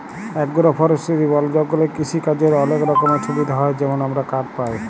agro forestry বল জঙ্গলে কিসিকাজের অলেক রকমের সুবিধা হ্যয় যেমল আমরা কাঠ পায়